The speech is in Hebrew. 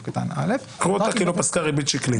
קטן (א)" --- "יראו אותה כאילו פסקה ריבית שקלית".